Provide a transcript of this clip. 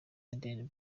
eden